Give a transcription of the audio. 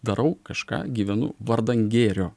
darau kažką gyvenu vardan gėrio